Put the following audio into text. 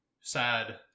sad